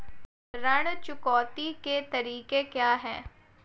ऋण चुकौती के तरीके क्या हैं?